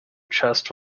chest